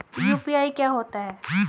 UPI क्या होता है?